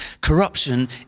corruption